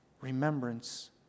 remembrance